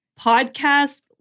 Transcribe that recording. podcast